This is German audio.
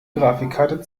grafikkarte